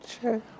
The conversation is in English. Sure